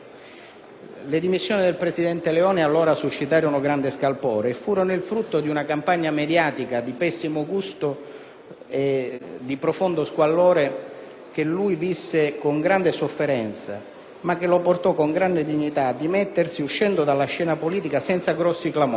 Le dimissioni del presidente Leone suscitarono allora grande scalpore e furono il frutto di una campagna mediatica di pessimo gusto e di profondo squallore, che lui visse con grande sofferenza, ma che lo portò, con grande dignità, a dimettersi, uscendo dalla scena politica senza grossi clamori,